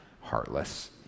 heartless